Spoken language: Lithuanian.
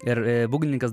ir būgnininkas